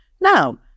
Now